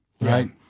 right